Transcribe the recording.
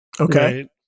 Okay